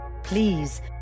Please